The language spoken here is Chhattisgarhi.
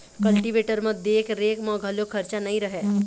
कल्टीवेटर म देख रेख म घलोक खरचा नइ रहय